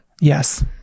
yes